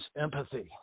empathy